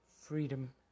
freedom